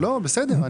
לא, בסדר.